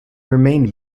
remained